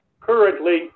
currently